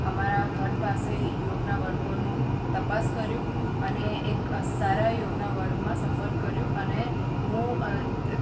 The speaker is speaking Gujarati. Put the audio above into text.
અમારા ઘર પાસે યોગના વર્ગોનો તપાસ કર્યું અને એક સારા યોગના વર્ગમાં સંપર્ક કર્યું અને હું